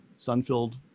sun-filled